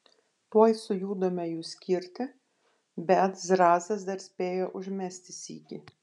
tuoj sujudome jų skirti bet zrazas dar spėjo užmesti sykį